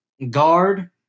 Guard